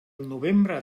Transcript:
novembre